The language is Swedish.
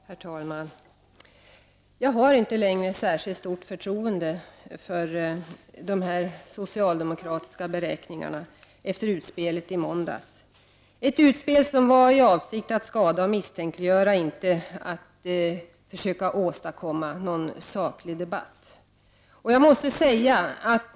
Herr talman! Jag har efter utspelet i måndags inte längre något särskilt stort förtroende för de socialdemokratiska beräkningarna. Det utspelet gjordes i avsikt att skada och misstänkliggöra, inte i avsikt att försöka åstadkomma en saklig debatt.